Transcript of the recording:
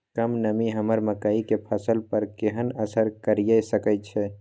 कम नमी हमर मकई के फसल पर केहन असर करिये सकै छै?